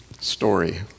story